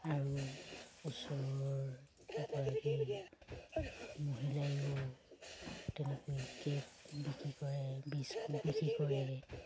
আৰু ওচৰৰ এগৰাকী মহিলাইও তেনেকৈ কেক বিক্ৰী কৰে বিস্কুট বিক্ৰী কৰে